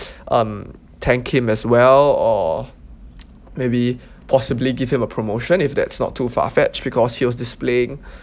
um thank him as well or maybe possibly give him a promotion if that's not too far fetched because he was displaying